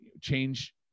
change –